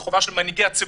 זו החובה של מנהיגי הציבור,